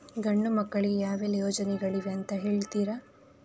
ಗಂಡು ಮಕ್ಕಳಿಗೆ ಯಾವೆಲ್ಲಾ ಯೋಜನೆಗಳಿವೆ ಅಂತ ಹೇಳ್ತೀರಾ?